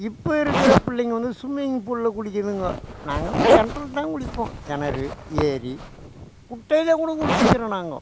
இப்போ இருக்கிற பிள்ளைங்க வந்து சும்மிங் பூலில் குளிக்குதுங்கோ நாங்கள்லாம் கிணத்துல தான் குளிப்போம் கிணறு ஏரி குட்டையில் கூட குளிச்சிருக்கிறோம் நாங்க